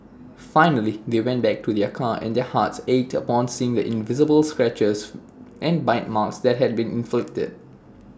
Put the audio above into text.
finally they went back to their car and their hearts ached upon seeing the visible scratches and bite marks that had been inflicted